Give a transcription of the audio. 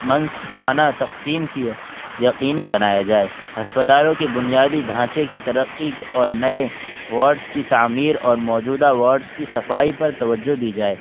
منصفانہ تقسیم کی ہو یقینی بنایا جائے ہسپتالوں کے بنیادی ڈھانچے کی ترقی کے اور نئے واڈس کی تعمیر اور موجودہ واڈس کی صفائی پر توجہ دی جائے